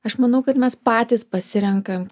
aš manau kad mes patys pasirenkam